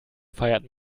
feiert